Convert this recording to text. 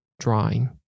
drawing